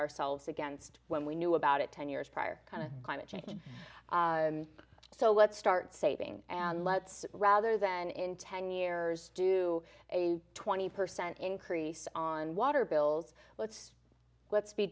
ourselves against when we knew about it ten years prior kind of climate change so let's start saving and let's rather than in ten years do a twenty percent increase on water bills let's let's be